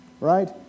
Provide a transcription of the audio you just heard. right